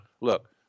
Look